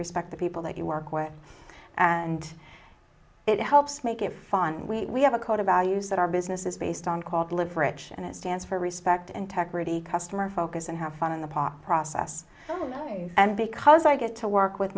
respect the people that you work with and it helps make it fun we have a code of our use that our business is based on called live rich and it stands for respect integrity customer focus and have fun in the park process and because i get to work with